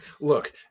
look